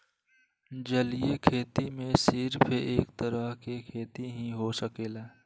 जलीय खेती में सिर्फ एक तरह के खेती ही हो सकेला